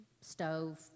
stove